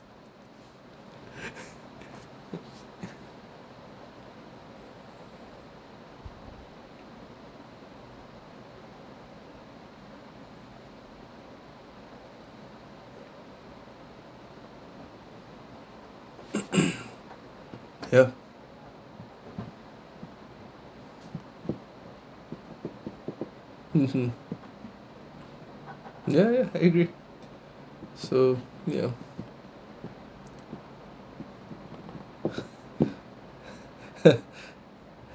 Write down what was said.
ya mmhmm ya ya I agree so ya